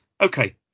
Okay